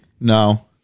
No